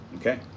okay